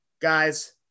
Guys